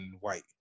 white